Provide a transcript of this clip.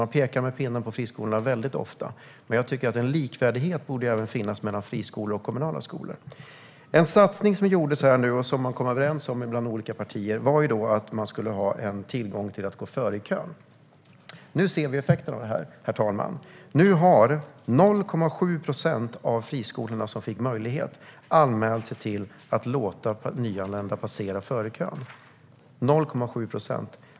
Man pekar väldigt ofta på friskolorna med pekpinnen, men jag tycker att en likvärdighet borde finnas även mellan friskolor och kommunala skolor. En satsning som gjordes här och som olika partier kom överens om var att man skulle ha möjlighet att gå före i kön. Nu ser vi effekterna av detta, herr talman. Nu har 0,7 procent av friskolorna som fick denna möjlighet anmält sig för att låta nyanlända passera före i kön - 0,7 procent.